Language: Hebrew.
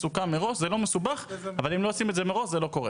למשל השירותים לא נגישים וכו'.